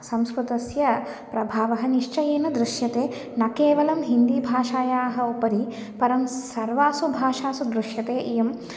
सम्स्कृतस्य प्रभावः निश्चयेन दृश्यते न केवलं हिन्दी भाषायाः उपरि परं सर्वासु भाषासु दृश्यते इयं